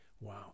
Wow